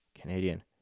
Canadian